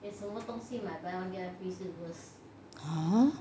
ha